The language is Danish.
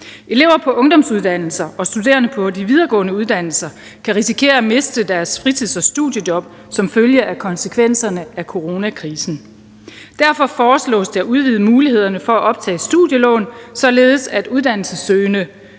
Elever på ungdomsuddannelser og studerende på de videregående uddannelser kan risikere at miste deres fritids- og studiejob som følge af konsekvenserne af coronakrisen. Derfor foreslås det at udvide mulighederne for at optage studielån, således at uddannelsessøgende